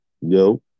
Yo